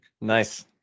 nice